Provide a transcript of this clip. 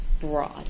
broad